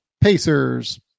Pacers